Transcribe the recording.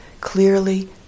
clearly